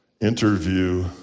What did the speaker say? interview